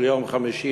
של יום חמישי,